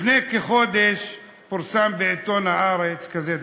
לפני כחודש פורסם בעיתון "הארץ" כזה דבר: